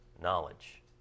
knowledge